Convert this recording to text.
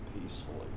peacefully